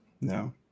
No